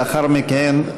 לאחר מכן,